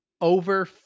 over